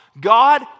God